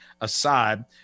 aside